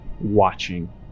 watching